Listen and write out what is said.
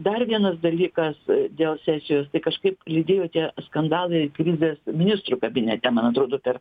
dar vienas dalykas dėl sesijos tai kažkaip lydėjo tie skandalai krizės ministrų kabinete man atrodo per